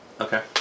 Okay